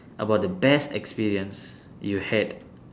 about the best experience you had